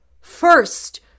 first